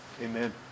Amen